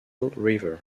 river